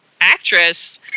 actress